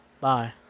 Bye